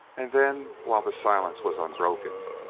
and then, while the silence was unbroken,